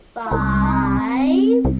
five